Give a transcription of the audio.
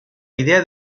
idea